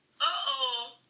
Uh-oh